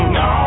no